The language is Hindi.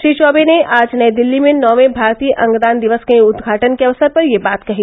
श्री चौबे ने आज नई दिल्ली में नौवे भारतीय अंगदान दिवस के उद्घाटन के अवसर पर यह बात कही